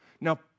Now